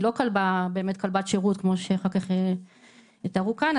לא באמת כלבת שירות כמו שאחר כך יתארו כאן,